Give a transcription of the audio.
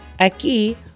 Aquí